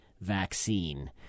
vaccine